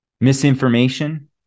misinformation